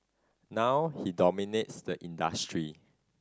now he dominates the industry